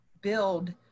build